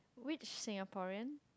which Singaporean